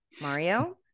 Mario